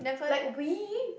like we